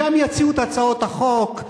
משם יציעו את הצעות החוק,